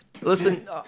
Listen